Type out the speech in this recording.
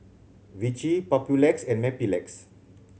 Vichy Papulex and Mepilex